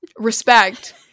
respect